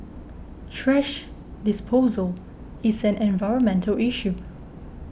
thrash disposal is an environmental issue